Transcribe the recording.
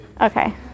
Okay